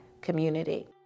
community